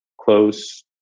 close